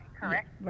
correct